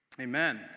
Amen